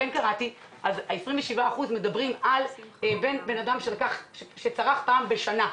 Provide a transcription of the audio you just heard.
האם הם מדברים על בן אדם שצרך פעם בשנה?